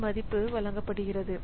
அந்த மதிப்பு வழங்கப்பட்டது